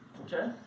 Okay